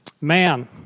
Man